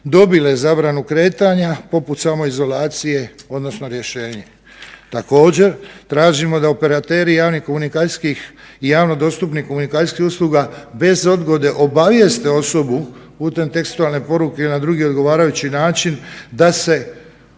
dobile zabranu kretanja, poput samoizolacije odnosno rješenje. Također, tražimo da operateri javnih komunikacijskih i javno dostupnih komunikacijskih usluga bez odgode obavijeste osobu putem tekstualne poruke ili na drugi odgovarajući način da se